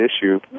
issue